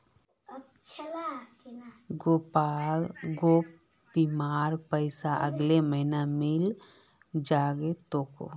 gap बीमार पैसा अगले महीने मिले जा तोक